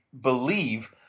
believe